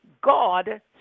God